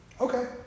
okay